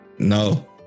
No